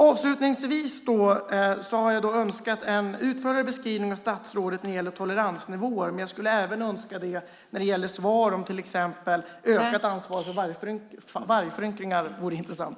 Avslutningsvis: Jag har önskat en utförligare beskrivning av statsrådet när det gäller toleransnivåer, men jag skulle även önska svar när det gäller till exempel ökat ansvar för vargföryngringar. Det vore intressant.